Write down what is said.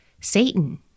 Satan